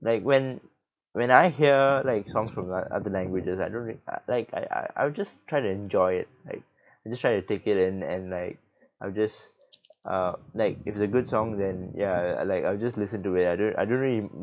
like when when I hear like songs from like other languages I don't really I like I I I'll just try to enjoy it like and just try to take it in and like I'll just uh like if it's a good song then ya like I'll just listen to it I don't I don't really